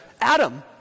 Adam